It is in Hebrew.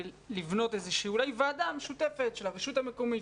לבנות אולי ועדה משותפת של הרשות המקומית,